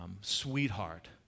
sweetheart